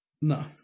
No